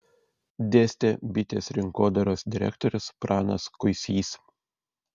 dėstė bitės rinkodaros direktorius pranas kuisys